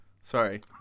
Sorry